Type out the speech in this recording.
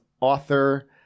author